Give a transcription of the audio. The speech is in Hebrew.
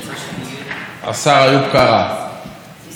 אם היועץ המשפטי לממשלה אמר לפני שנתיים,